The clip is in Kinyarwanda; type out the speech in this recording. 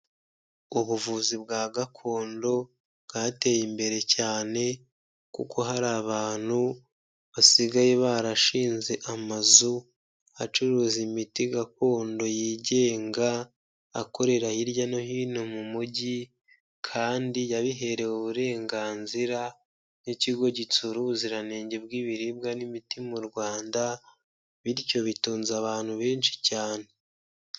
Ubuvuzi bwa gakondo, bwateye imbere cyane kuko hari abantu basigaye barashinze amazu, acuruza imiti gakondo yigenga, akorera hirya no hino mu mujyi kandi yabiherewe uburenganzira n'ikigo gitsura ubuziranenge bw'ibiribwa n'imiti mu Rwanda bityo bitunze abantu benshi cyane.